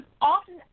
often